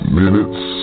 minutes